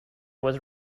was